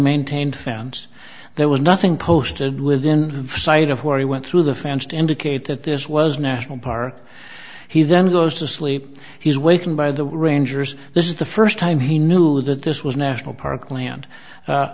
maintained found there was nothing posted within sight of where he went through the fans to indicate that this was national park he then goes to sleep he's waking by the rangers this is the first time he knew that this was national parkland